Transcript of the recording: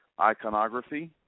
iconography